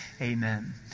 amen